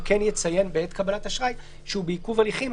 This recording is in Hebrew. הוא כן יציין בעת קבלת אשראי שהוא בעיכוב הליכים.